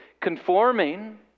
conforming